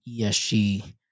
ESG